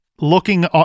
looking